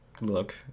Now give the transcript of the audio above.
look